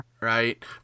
Right